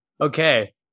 Okay